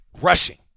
Rushing